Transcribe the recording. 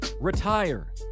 retire